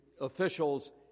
officials